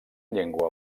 llengua